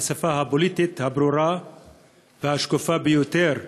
לשפה הפוליטית הברורה והשקופה ביותר.